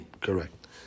Correct